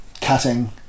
cutting